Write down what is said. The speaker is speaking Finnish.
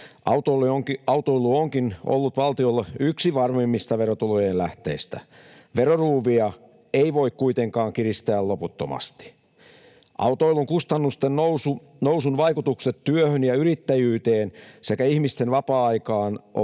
Autoilu onkin ollut valtiolle yksi varmimmista verotulojen lähteistä. Veroruuvia ei voi kuitenkaan kiristää loputtomasti. Autoilun kustannusten nousun vaikutukset työhön ja yrittäjyyteen sekä ihmisten vapaa-aikaan ovat